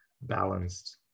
balanced